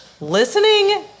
listening